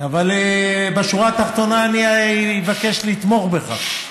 אבל בשורה התחתונה אני אבקש לתמוך בך,